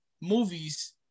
movies